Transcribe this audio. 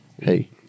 Hey